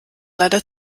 leider